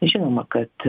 žinoma kad